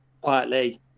quietly